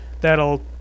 That'll